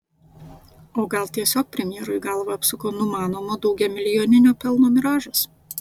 o gal tiesiog premjerui galvą apsuko numanomo daugiamilijoninio pelno miražas